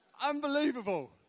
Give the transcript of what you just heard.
unbelievable